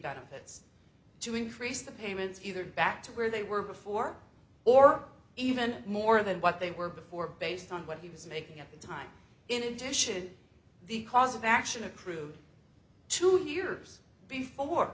happens to increase the payments either back to where they were before or even more than what they were before based on what he was making at the time in addition the cause of action accrued two years before